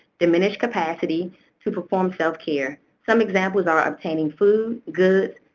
diminished capacity to perform self-care. some examples are obtaining food, goods,